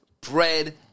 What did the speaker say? bread